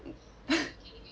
uh